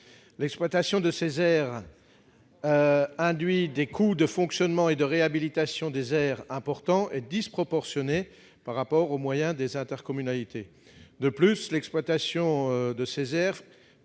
L'exploitation de ces aires entraîne des coûts de fonctionnement et de réhabilitation importants et disproportionnés par rapport aux moyens des intercommunalités. De plus, l'exploitation de ces aires